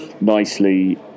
nicely